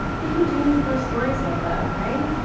think we do need more stories like that, right?